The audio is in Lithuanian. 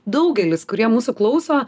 daugelis kurie mūsų klauso